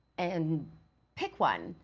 and pick one.